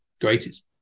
greatest